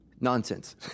Nonsense